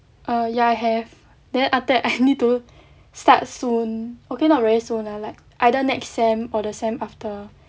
err ya I have then after that I need to start soon okay not very soon ah like either next sem or the sem after